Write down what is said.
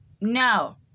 no